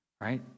right